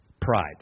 Pride